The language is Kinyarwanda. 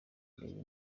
urebe